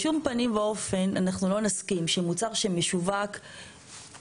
בשום פנים ואופן אנחנו לא נסכים שמוצר שמיוצר מחוץ